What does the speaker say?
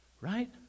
right